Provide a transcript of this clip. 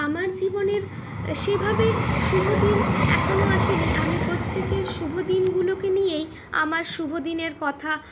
আমার জীবনের সেভাবে শুভদিন এখনো আসেনি আমি প্রত্যেকের শুভ দিনগুলোকে নিয়েই আমার শুভ দিনের কথা